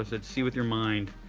ah said, see with your mind.